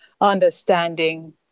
understanding